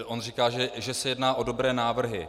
On říká, že se jedná o dobré návrhy.